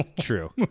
True